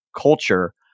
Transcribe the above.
culture